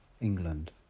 England